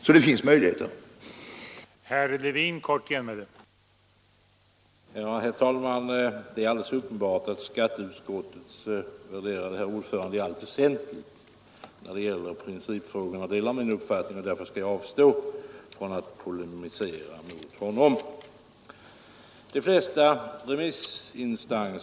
Så det finns många möjligheter att skilja dieseldrivna bilar från bensindrivna.